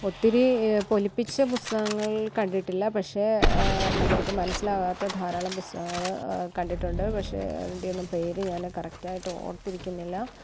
ഒത്തിരി പൊലിപ്പിച്ച പുസ്തകങ്ങൾ കണ്ടിട്ടില്ല പക്ഷെ നമ്മൾക്ക് മനസ്സിലാകാത്ത ധാരാളം പുസ്തകങ്ങള് കണ്ടിട്ടുണ്ട് പക്ഷേ അതിൻ്റെ ഒന്നും പേര് ഞാൻ കറക്ടായിട്ട് ഓർത്തിരിക്കുന്നില്ല